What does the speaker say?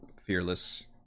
fearless